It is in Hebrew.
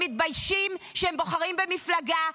הם מתביישים שהם בוחרים במפלגה,